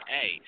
hey